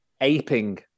aping